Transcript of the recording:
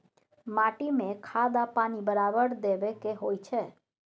माटी में खाद आ पानी बराबर देबै के होई छै